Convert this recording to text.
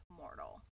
mortal